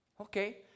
Okay